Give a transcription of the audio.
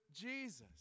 Jesus